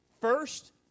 first